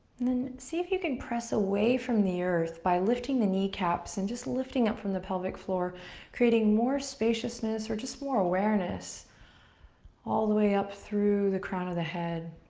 then see if you can press away from the earth by lifting the kneecaps and just lifting up from the pelvic floor creating more spaciousness or just more awareness all the way up through the crown of the head,